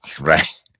Right